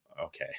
okay